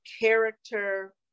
character